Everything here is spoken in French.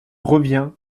revient